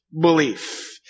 belief